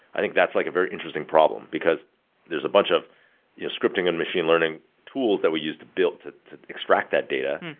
i think that's like a very interesting problem because there's a bunch of scripting and machine learning tools that we use to build to extract that data,